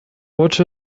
what